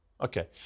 Okay